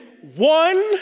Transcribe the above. One